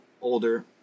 older